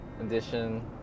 edition